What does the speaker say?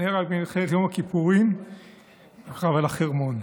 נהרג במלחמת יום הכיפורים בקרב על החרמון.